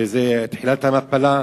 וזאת תחילת המפלה.